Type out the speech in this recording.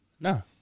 No